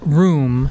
room